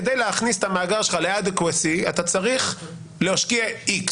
כדי להכניס את המאגר שלך adequacy אתה צריך להשקיע X,